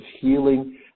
healing